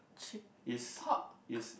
chick pork